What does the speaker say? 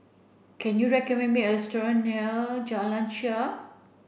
can you recommend me a restaurant near Jalan Shaer